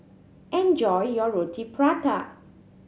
enjoy your Roti Prata